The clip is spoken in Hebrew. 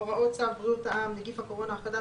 (3)הוראות צו בריאות העם (נגיף הקורונה החדש)